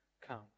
come